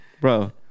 bro